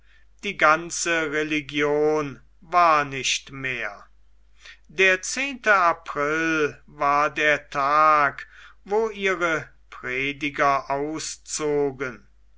die ganze religion war nicht mehr der zehnte april war der tag wo ihre prediger auszogen